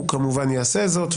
הוא כמובן יעשה זאת,